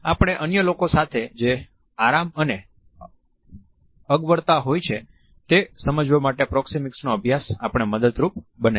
આપણને અન્ય લોકો સાથે જે આરામ અને અગવડતા હોય છે તે સમજવા માટે પ્રોક્સેમિક્સનો અભ્યાસ આપણને મદદરૂપ બને છે